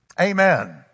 Amen